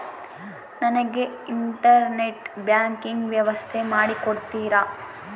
ನನಗೆ internet banking ವ್ಯವಸ್ಥೆ ಮಾಡಿ ಕೊಡ್ತೇರಾ?